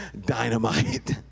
dynamite